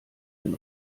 den